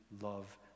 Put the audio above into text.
love